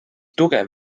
tugev